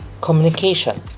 communication